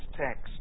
text